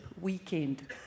weekend